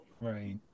Right